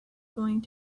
going